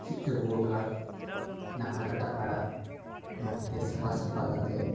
ᱥᱤᱫᱽ ᱟᱹᱜᱩᱭᱟᱠᱟᱫ ᱰᱟᱝᱨᱟ ᱠᱟᱴᱟ ᱟᱲᱟᱜ ᱢᱚᱡ ᱛᱮ ᱥᱟᱞᱟ ᱥᱟᱯᱷᱟ ᱠᱟᱛᱮᱫ